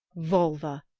volva,